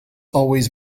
always